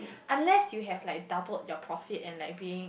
unless you have like double your profit and like being